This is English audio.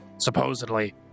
supposedly